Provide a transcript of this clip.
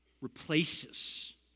replaces